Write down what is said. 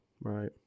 Right